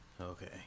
Okay